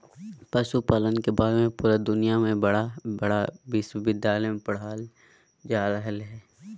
पशुपालन के बारे में पुरा दुनया में बड़ा बड़ा विश्विद्यालय में पढ़ाल जा रहले हइ